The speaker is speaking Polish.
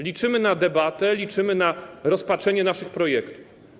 Liczymy na debatę, liczymy na rozpatrzenie naszych projektów.